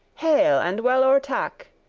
hail, and well o'ertake.